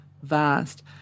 Vast